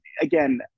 again